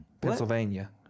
Pennsylvania